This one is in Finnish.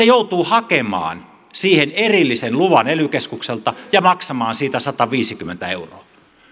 joutuu hakemaan siihen erillisen luvan ely keskukselta ja maksamaan siitä sataviisikymmentä euroa